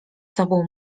sobą